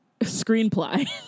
Screenplay